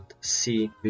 see